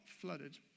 flooded